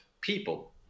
people